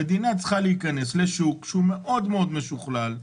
המדינה צריכה להיכנס לשוק שהוא מאוד משוכלל,